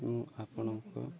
ମୁଁ ଆପଣଙ୍କ